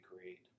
create